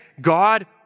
God